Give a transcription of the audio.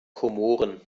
komoren